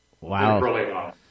Wow